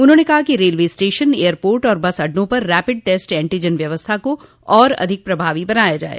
उन्होंने कहा कि रेलवे स्टेशन एयरपोर्ट तथा बस अड्डों पर रैपिड टेस्ट एंटीजन व्यवस्था को और प्रभावी बनाया जाये